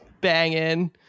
banging